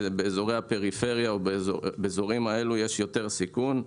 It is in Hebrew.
שבאיזורי הפריפריה יש יותר סיכון.